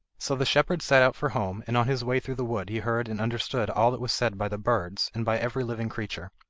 so the shepherd set out for home, and on his way through the wood he heard and understood all that was said by the birds, and by every living creature.